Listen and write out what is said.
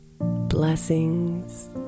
Blessings